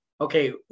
okay